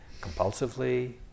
compulsively